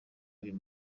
uyu